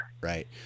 Right